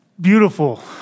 Beautiful